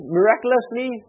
miraculously